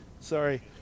Sorry